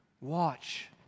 watch